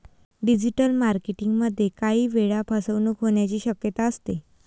digital marketing मध्ये काही वेळा फसवणूक होण्याची शक्यता असते